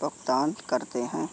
भुगतान करते हैं